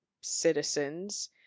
citizens